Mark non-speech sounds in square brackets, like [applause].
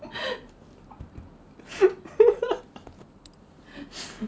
[laughs]